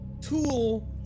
tool